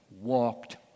walked